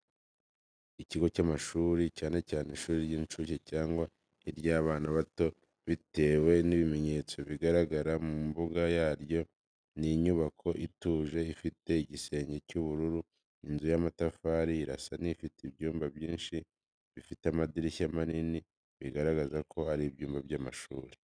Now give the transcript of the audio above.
Ikigo cy’amashuri, cyane cyane ishuri ry’incuke cyangwa iry’abana bato bitewe n’ibimenyetso bigaragara mu mbuga y'aryo. Ni inyubako ituje ifite igisenge cy’ubururu inzu y’amatafari irasa n’ifite ibyumba byinshi bifite amadirishya manini, bigaragaza ko ari ibyumba by’amashuri.